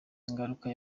ingaruka